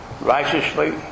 righteously